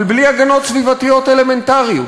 אבל בלי הגנות סביבתיות אלמנטריות.